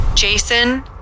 Jason